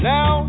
Now